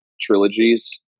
trilogies